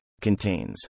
contains